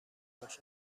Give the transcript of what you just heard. بشر